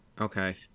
Okay